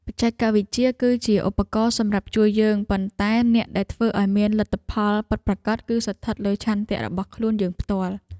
បច្ចេកវិទ្យា គឺជាឧបករណ៍សម្រាប់ជួយយើងប៉ុន្តែអ្នកដែលធ្វើឱ្យមានលទ្ធផលពិតប្រាកដ គឺស្ថិតលើឆន្ទៈរបស់ខ្លួនយើងផ្ទាល់។